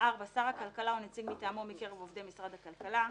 (4) שר הכלכלה או נציג מטעמו מקרב עובדי משרד הכלכלה.